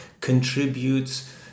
contributes